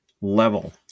level